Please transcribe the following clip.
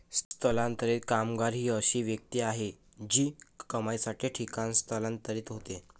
स्थलांतरित कामगार ही अशी व्यक्ती आहे जी कमाईसाठी ठिकाणी स्थलांतरित होते